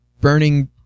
burning